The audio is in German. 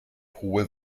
hohe